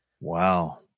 Wow